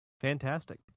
Fantastic